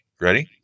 ready